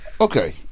okay